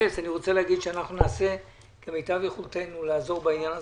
נעשה כמיטב יכולתנו לעזור בעניין הזה.